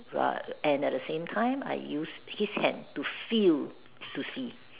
but and at the same time I use his hand to feel to see